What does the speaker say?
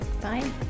Bye